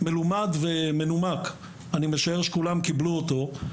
והמלומד, אני משער שכולם קיבלו אותו.